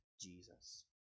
Jesus